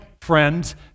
friends